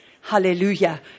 Hallelujah